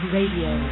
Radio